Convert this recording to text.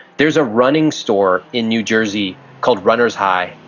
there's a running store in new jersey called, runner's high,